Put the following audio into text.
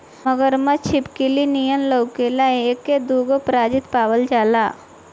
मगरमच्छ छिपकली नियर लउकेला आ एकर दूगो प्रजाति पावल जाला